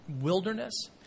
wilderness